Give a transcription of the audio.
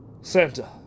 Santa